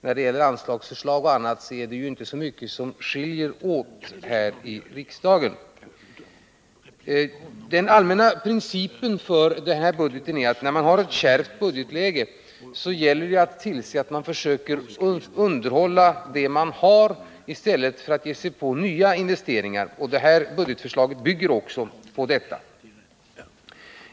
När det gäller anslagsförslag t.ex. är det ju inte så mycket som skiljer partierna åt här i riksdagen. När man har ett kärvt budgetläge gäller det att tillse att man underhåller det man har i stället för att ge sig på nya investeringar. Det här budgetförslaget bygger också på den principen.